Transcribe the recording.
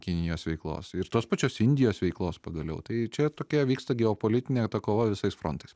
kinijos veiklos ir tos pačios indijos veiklos pagaliau tai čia tokia vyksta geopolitinė kova visais frontais